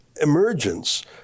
emergence